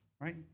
right